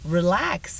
relax